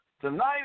Tonight